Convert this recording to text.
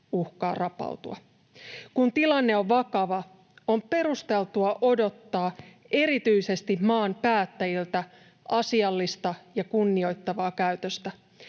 uhkaa rapautua. Kun tilanne on vakava, on perusteltua odottaa erityisesti maan päättäjiltä asiallista ja kunnioittavaa käytöstä.